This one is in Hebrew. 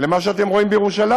למה שאתם רואים בירושלים.